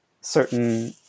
certain